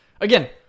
again